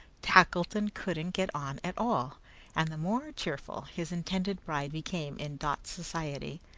tackleton couldn't get on at all and the more cheerful his intended bride became in dot's society,